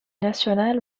nacional